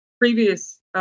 previous